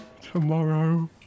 Tomorrow